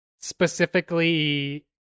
specifically